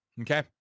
okay